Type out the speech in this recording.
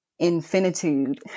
infinitude